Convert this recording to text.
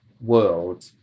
world